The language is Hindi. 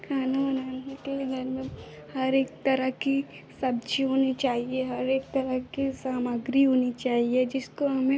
खाना बनाने के लिए घर में हर एक तरह की सब्ज़ी होनी चाहिए हर एक तरह की सामग्री होनी चाहिए जिसको हमें